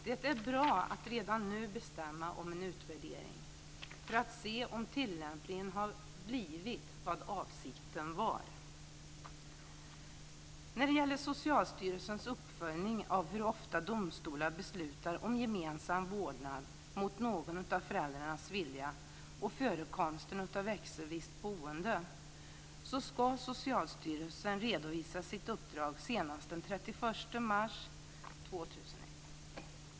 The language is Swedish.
Det är bra att redan nu bestämma om en utvärdering för att se om tillämpningen har blivit vad avsikten var. När det gäller Socialstyrelsens uppföljning av hur ofta domstolar beslutar om gemensam vårdnad mot någon av föräldrarnas vilja samt förekomsten av växelvis boende ska Socialstyrelsen redovisa sitt uppdrag senast den 31 mars 2001.